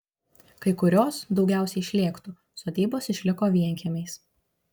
kai kurios daugiausiai šlėktų sodybos išliko vienkiemiais